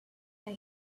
that